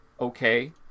okay